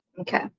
Okay